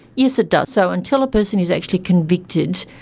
yes, it does. so until a person is actually convicted,